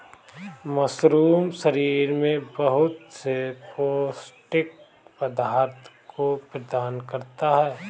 mushroom शरीर में बहुत से पौष्टिक पदार्थों को प्रदान करता है